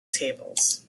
tables